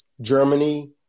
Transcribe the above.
Germany